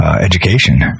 education